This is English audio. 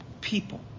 people